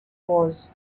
was